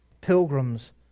Pilgrims